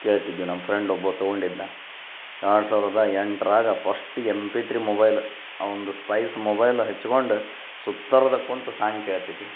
ಕೇಳ್ತಿದ್ವಿ ನಮ್ಮ ಫ್ರೆಂಡ್ ಒಬ್ಬ ತಗೊಂಡಿದ್ದ ಎರಡು ಸಾವಿರದ ಎಂಟರಾಗ first M P three mobile ಅವ್ನ್ದು ಸ್ಪೈಸ್ ಮೊಬೈಲ್ ಹಚ್ಕೊಂಡು ಸುತ್ತರ್ದು ಕುಂತು ಸಾಂಗ್ ಕೇಳ್ತಿದ್ವಿ